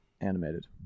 animated